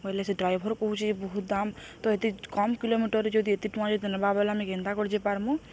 ବୋଇଲେ ସେ ଡ୍ରାଇଭର କହୁଛି ବହୁତ ଦାମ ତ ଏତେ କମ୍ କିଲୋମିଟର ଯଦି ଏତେ ଟଙ୍କା ଯଦି ନବା ବଲେ ଆମେ କେନ୍ତା କରି ଯେ ପାର୍ମୁ